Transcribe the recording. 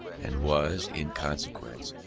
and was, in consequence,